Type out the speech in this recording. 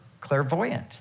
clairvoyant